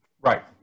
Right